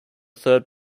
third